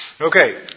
Okay